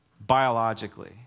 biologically